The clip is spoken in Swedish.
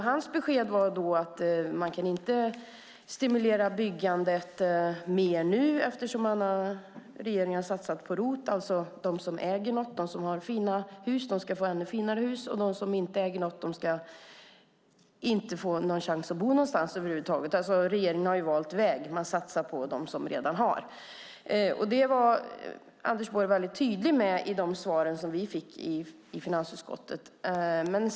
Hans besked var att det inte går att stimulera byggandet mer nu eftersom regeringen har satsat på ROT. De som äger något, de som har fina hus, ska få ännu finare hus, och de som inte äger något ska inte få någon chans att bo någonstans över huvud taget. Regeringen har valt väg, det vill säga att satsa på dem som redan har. Det var Anders Borg tydlig med i de svar vi fick i finansutskottet.